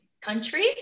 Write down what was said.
country